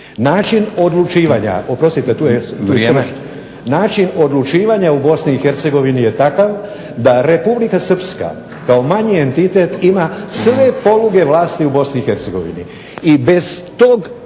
**Filipović, Ilija (HDZ)** Način odlučivanja u BiH je takav da Republika Srpska kao manji entitet ima sve poluge vlasti u BiH. I bez tog